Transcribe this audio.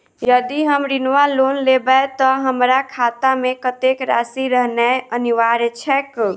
यदि हम ऋण वा लोन लेबै तऽ हमरा खाता मे कत्तेक राशि रहनैय अनिवार्य छैक?